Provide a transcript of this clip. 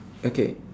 okay